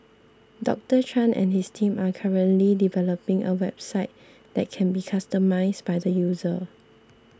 Doctor Chan and his team are currently developing a website that can be customised by the user